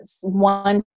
one